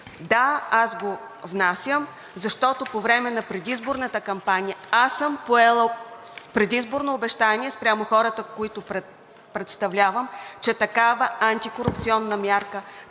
Да, аз го внасям, защото по време на предизборната кампания аз съм поела предизборно обещание спрямо хората, които представлявам, че такава антикорупционна мярка,